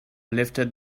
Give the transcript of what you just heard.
lifted